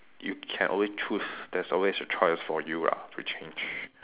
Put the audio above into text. you can always choose there's always a choice for you ah to change